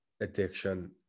addiction